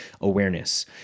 awareness